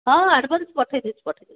ହଁ ଆଡ଼୍ଭାନ୍ସ୍ ପଠାଇ ଦେଉଛି ପଠାଇ ଦେଉଛି